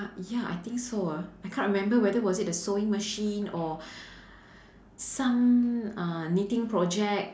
uh ya I think so ah I can't remember whether was it a sewing machine or some uh knitting project